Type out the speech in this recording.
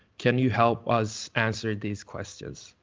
can you help us answer these questions?